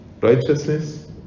righteousness